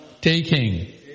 taking